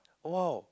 !wow!